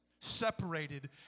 separated